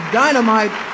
dynamite